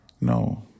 No